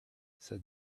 said